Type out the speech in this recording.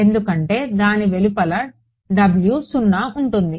ఎందుకంటే దాని వెలుపల 0 ఉంటుంది